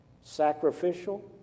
Sacrificial